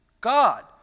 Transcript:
God